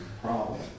problem